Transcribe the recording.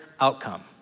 outcome